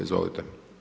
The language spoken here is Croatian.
Izvolite.